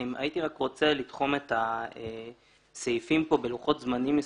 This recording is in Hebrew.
הייתי רוצה לתחום את הסעיפים פה בלוחות זמנים.